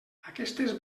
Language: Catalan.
aquestes